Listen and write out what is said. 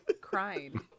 crying